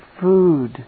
food